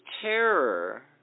terror